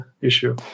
issue